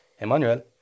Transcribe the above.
Emmanuel